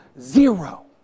Zero